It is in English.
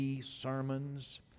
sermons